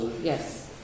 Yes